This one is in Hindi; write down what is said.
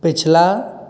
पिछला